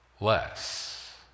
less